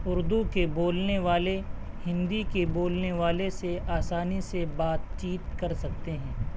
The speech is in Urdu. اردو کے بولنے والے ہندی کے بولنے والے سے آسانی سے بات چیت کر سکتے ہیں